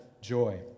joy